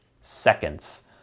seconds